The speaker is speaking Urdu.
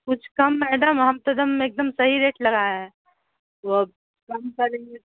کچھ کم میڈم ہم تو ایک دم ایک دم صحیح ریٹ لگائے ہیں وہ کم کریں گے